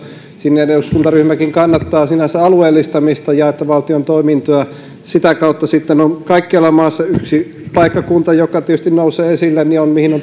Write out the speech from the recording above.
sininen eduskuntaryhmäkin kannattaa sinänsä alueellistamista ja sitä että valtion toimintoja sitä kautta sitten on kaikkialla maassa yksi paikkakunta joka nousee esille ja johon on muita